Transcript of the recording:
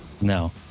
No